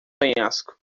penhasco